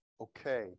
Okay